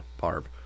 Barb